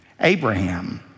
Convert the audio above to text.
Abraham